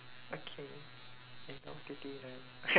okay I know what to do now